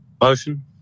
Motion